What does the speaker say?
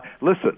Listen